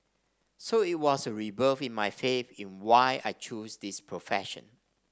so it was a rebirth in my faith in why I chose this profession